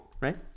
right